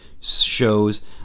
shows